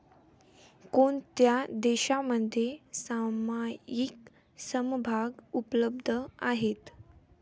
कोणत्या देशांमध्ये सामायिक समभाग उपलब्ध आहेत?